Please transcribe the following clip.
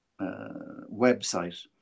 website